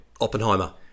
Oppenheimer